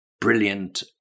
brilliant